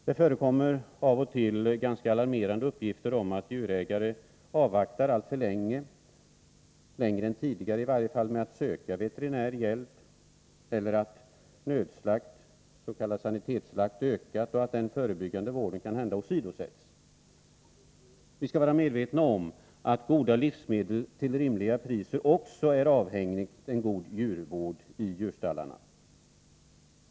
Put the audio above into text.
Det förekommer ganska alarmerande uppgifter om att djurägare väntar längre än tidigare med att söka veterinärhjälp, att nödslakt eller sanitetsslakt ökat och att den förebyggande vården kanhända åsidosätts. Vi skall vara medvetna om att tillgången till goda livsmedel till rimliga priser också är avhängig av en god djurvård i djurstallarna.